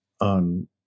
on